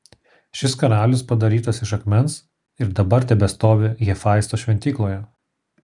šis karalius padarytas iš akmens ir dabar tebestovi hefaisto šventykloje